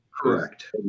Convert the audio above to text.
Correct